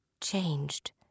changed